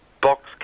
Box